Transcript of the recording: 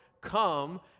come